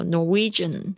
Norwegian